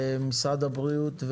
ומשרד הבריאות,